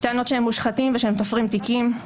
טענות שהם מושחתים ושהם תופרים תיקים.